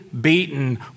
beaten